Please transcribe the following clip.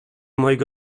moich